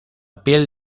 piel